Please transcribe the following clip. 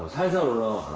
hello.